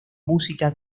música